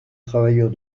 travailleurs